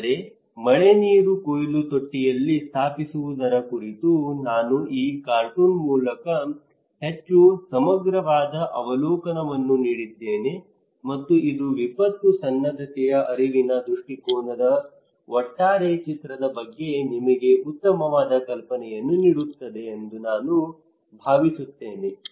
ಆದರೆ ಮಳೆನೀರು ಕೊಯ್ಲು ತೊಟ್ಟಿಯನ್ನು ಸ್ಥಾಪಿಸುವುದರ ಕುರಿತು ನಾನು ಈ ಕಾರ್ಟೂನ್ ಮೂಲಕ ಹೆಚ್ಚು ಸಮಗ್ರವಾದ ಅವಲೋಕನವನ್ನು ನೀಡಿದ್ದೇನೆ ಮತ್ತು ಇದು ವಿಪತ್ತು ಸನ್ನದ್ಧತೆಯ ಅರಿವಿನ ದೃಷ್ಟಿಕೋನದ ಒಟ್ಟಾರೆ ಚಿತ್ರದ ಬಗ್ಗೆ ನಿಮಗೆ ಉತ್ತಮವಾದ ಕಲ್ಪನೆಯನ್ನು ನೀಡುತ್ತದೆ ಎಂದು ನಾನು ಭಾವಿಸುತ್ತೇನೆ